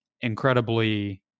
incredibly